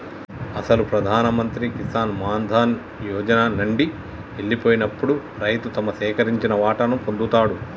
అసలు ప్రధాన మంత్రి కిసాన్ మాన్ ధన్ యోజన నండి ఎల్లిపోయినప్పుడు రైతు తను సేకరించిన వాటాను పొందుతాడు